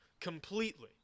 completely